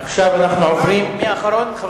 עכשיו אנחנו עוברים, מי אחרון?